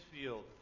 field